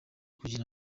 kugira